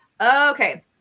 Okay